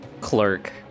Clerk